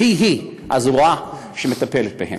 היא הזרוע שמטפלת בהם.